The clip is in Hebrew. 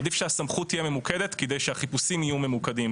עדיף שהסמכות תהיה ממוקדת כדי שהחיפושים יהיו ממוקדים.